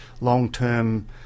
long-term